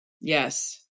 Yes